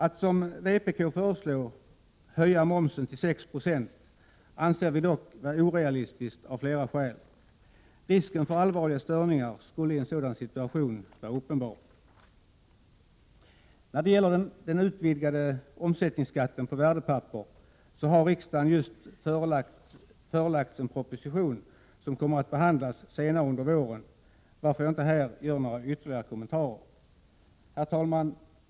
Att, som vpk föreslår, höja momsen till 6 70 anser vi dock vara orealistiskt av flera skäl. Risken för allvarliga störningar skulle i en sådan situation vara uppenbar. När det gäller den utvidgade omsättningsskatten på värdepapper har riksdagen just förelagts en proposition som kommer att behandlas senare under våren, varför jag inte här gör några ytterligare kommentarer. Herr talman!